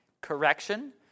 Correction